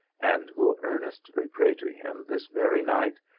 and will earnestly pray to him, this very night,